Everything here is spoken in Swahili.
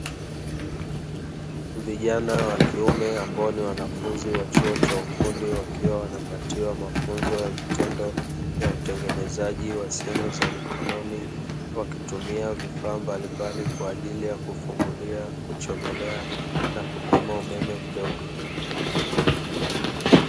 Vijana wa kiume ambao ni wanafunzi wa chuo cha ufundi, wakiwa wanapatiwa mafunzo ya vitendo ya utengenezeji wa simu za mkononi, wakitumia vifaa mbalimbali, kwa ajili ya kufungulia, kuchomelea na kupima umeme mdogo.